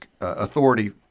authority